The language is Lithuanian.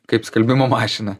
kaip skalbimo mašina